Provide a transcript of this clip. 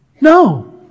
No